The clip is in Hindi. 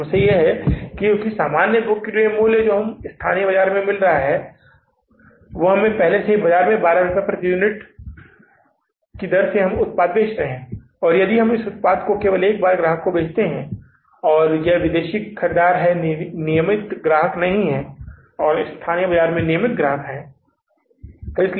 इसलिए समस्या यह है कि सामान्य बिक्री मूल्य जो हमें स्थानीय बाजार में मिल रहा है वह यह है कि हम पहले से ही बाजार में 12 रुपये प्रति यूनिट के लिए उत्पाद बेच रहे हैं और यदि हम इस उत्पाद को केवल एक बार ग्राहक को बेचते हैं तो यह विदेशी ख़रीदार नियमित ग्राहक नहीं है स्थानीय बाजार में नियमित ग्राहक ग्राहक हैं